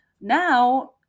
now